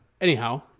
anyhow